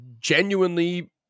genuinely